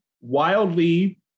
wildly